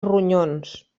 ronyons